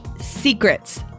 secrets